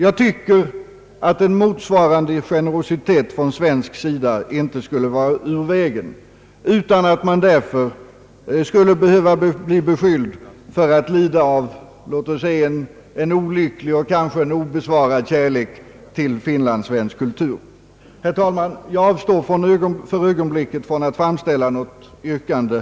Jag tycker att en motsvarande generositet från svensk viss arvsskatt sida icke vore omotiverad, utan att jag därför skulle behöva bli beskylld för att lida av en olycklig och kanske obesvarad kärlek till finländsk kultur. Herr talman! Jag avstår för ögonblicket från att framställa något yrkande.